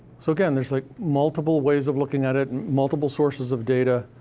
so again, there's like multiple ways of looking at it, multiple sources of data,